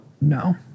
No